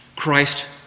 Christ